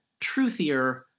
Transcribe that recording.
truthier